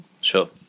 Sure